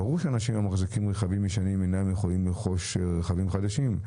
ברור שאנשים המחזיקים רכבים ישנים אינם יכולים לרכוש רכבים חדשים.